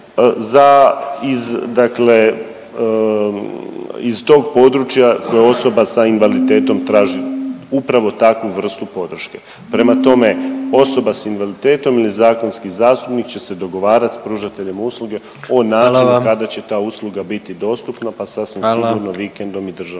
iz tog područja koje osoba sa invaliditetom traži upravo takvu vrstu podrške. Prema tome, osoba s invaliditetom ili zakonski zastupnik će se dogovarati s pružateljem usluge o načinu …/Upadica: Hvala vam./… o načinu kada će ta usluga biti dostupna pa sasvim sigurno …/Upadica: